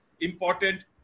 important